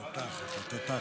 אתה תותח, תותח.